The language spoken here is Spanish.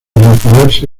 retirarse